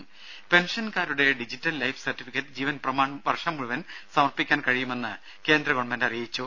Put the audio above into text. ദേദ പെൻഷൻകാരുടെ digital life certificate Jeevan Pramaan വർഷം മുഴുവൻ സമർപ്പിക്കാൻ കഴിയുമെന്ന് കേന്ദ്രഗവൺമെന്റ് അറിയിച്ചു